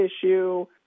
issue